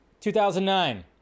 2009